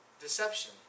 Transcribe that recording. deception